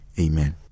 Amen